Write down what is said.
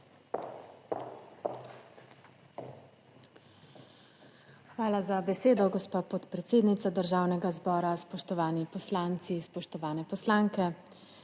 Hvala za besedo gospa podpredsednica Državnega zbora. Spoštovani poslanci, spoštovane poslanke.